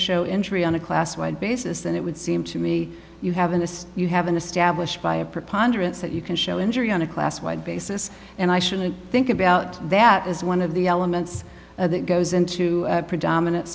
show injury on a class wide basis then it would seem to me you haven't you haven't established by a preponderance that you can show injury on a class wide basis and i shouldn't think about that as one of the elements that goes into predominan